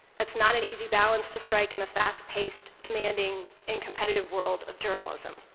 that's not an easy balance to strike in the fast paced, demanding and competitive world of journalism.